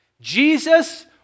Jesus